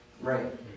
Right